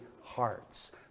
hearts